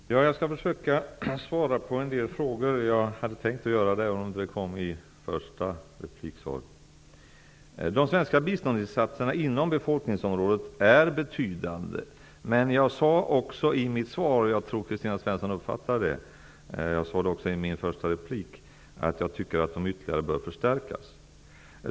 Fru talman! Jag skall försöka svara på en del frågor. De svenska biståndsinsatserna inom befolkningsområdet är betydande. Jag tror att Kristina Svensson uppfattade att jag i mitt svar och i mitt första inlägg sade att jag tycker att biståndsinsatserna ytterligare bör förstärkas.